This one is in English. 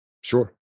Sure